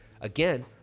Again